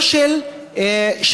לא של נתניהו ולא של ביטן.